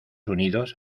unidos